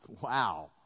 Wow